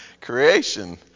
creation